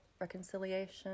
reconciliation